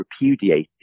repudiated